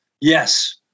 yes